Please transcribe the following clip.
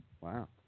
Wow